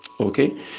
okay